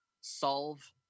solve